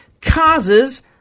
causes